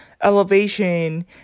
elevation